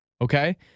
Okay